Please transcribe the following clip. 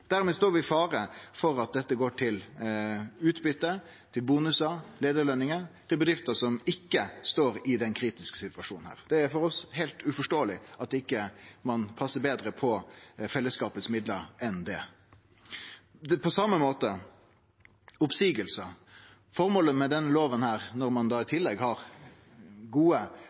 Dermed står vi i fare for at dette går til utbyte, til bonusar, til leiarløningar, til bedrifter som ikkje står i denne kritiske situasjonen. Det er for oss heilt uforståeleg at ein ikkje passar betre på fellesskapets midlar enn det. Det er på same måten når det gjeld oppseiingar. Føremålet med denne lova, når ein i tillegg har gode